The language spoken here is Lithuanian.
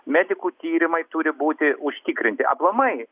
medikų tyrimai turi būti užtikrinti aplamai